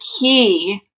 key